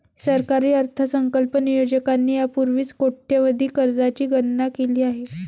सरकारी अर्थसंकल्प नियोजकांनी यापूर्वीच कोट्यवधी कर्जांची गणना केली आहे